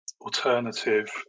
alternative